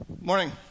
Morning